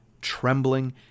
trembling